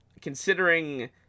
considering